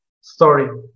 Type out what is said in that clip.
story